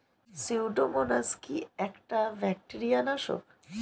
Pseudomonas কি একটা bacteria নাশক?